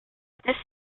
this